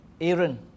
Aaron